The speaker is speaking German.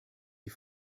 die